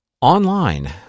online